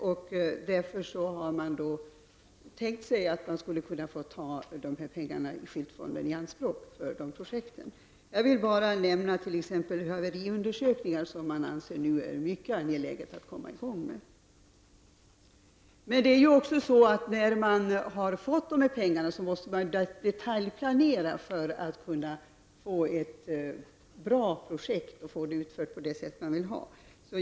Man har därför tänkt sig att man skulle få ta i anspråk pengar ur skyltfonden för dessa projekt, t.ex. de haveriundersökningar som det nu anses mycket angeläget att komma igång med. När man fått dessa pengar måste man detaljplanera för att få ett bra projekt som blir utfört på det sätt man vill.